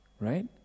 Right